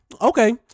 okay